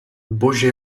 bože